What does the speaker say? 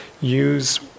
use